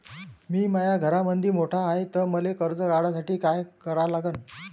मी माया घरामंदी मोठा हाय त मले कर्ज काढासाठी काय करा लागन?